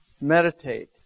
meditate